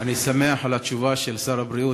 אני שמח על התשובה של שר הבריאות.